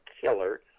killer